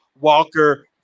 Walker